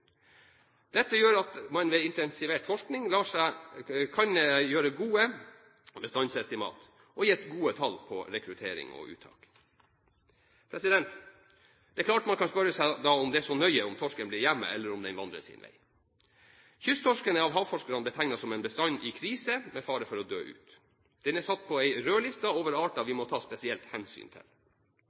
Dette gjør at man ved intensivert forskning kan gjøre gode bestandsestimater, og gi gode tall på rekruttering og uttak. Det er klart man da kan spørre seg om det er så nøye om torsken blir hjemme eller om den vandrer sin vei. Kysttorsken er av havforskerne betegnet som en bestand i krise, med fare for å dø ut. Den er satt på en rødliste over arter vi må ta spesielt hensyn til.